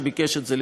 שביקש את זה,